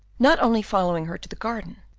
not only following her to the garden,